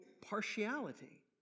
partiality